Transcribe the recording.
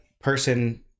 person